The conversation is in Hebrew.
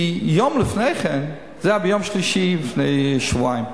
כי יום לפני כן, זה היה ביום שלישי לפני שבועיים,